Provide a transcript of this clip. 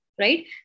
right